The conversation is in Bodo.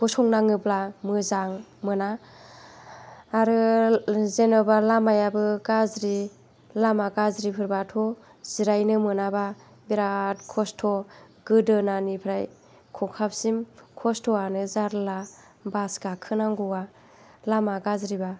गसंनाङोब्ला मोजां मोना आरो जेनेबा लामायाबो गाज्रि लामा गाज्रिफोरबाथ' जिरायनो मोनाबा बेराद खस्त' गोदोनानिफ्राय खखाबसिम खस्त'आनो जारला बास गाखोनांगौआ लामा गाज्रिबा